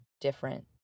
different